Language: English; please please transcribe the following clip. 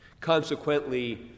Consequently